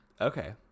Okay